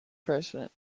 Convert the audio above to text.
president